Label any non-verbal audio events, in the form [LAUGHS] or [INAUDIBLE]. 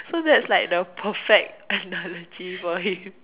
so that's like the perfect analogy for him [LAUGHS]